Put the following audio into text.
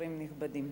שרים נכבדים,